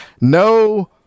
no